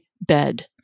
bed